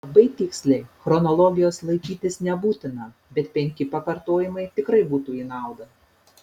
labai tiksliai chronologijos laikytis nebūtina bet penki pakartojimai tikrai būtų į naudą